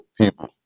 people